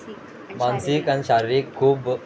मानसीक आनी शारिरीक खूब